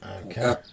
okay